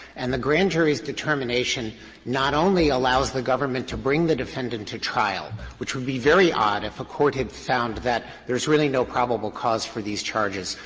and the grand jury's determination not only allows the government to bring the defendant to trial, which would be very odd if the ah court had found that there is really no probable cause for these charges,